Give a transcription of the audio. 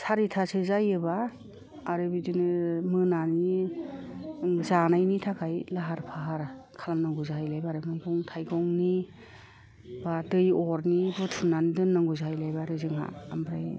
सारिथासो जायोबा आरो बिदिनो मोनानि जानायनि थाखाय लाहार फाहार खालामनांगौ जाहैलायबाय आरो मैगं थाइगंनि बा दै अरनि बुथुमनानै दोननांगौ जाहैलायबाय आरो जोंहा ओमफ्राय